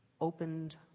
opened